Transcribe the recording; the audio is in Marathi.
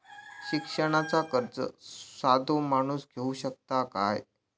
शिक्षणाचा कर्ज साधो माणूस घेऊ शकता काय?